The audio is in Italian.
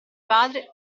padre